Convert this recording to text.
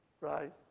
right